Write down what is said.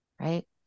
right